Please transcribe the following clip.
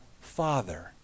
father